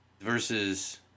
versus